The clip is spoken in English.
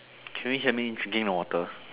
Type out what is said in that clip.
can you hear me drinking the water